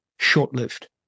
short-lived